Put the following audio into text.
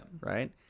Right